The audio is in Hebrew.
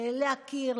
להכיר,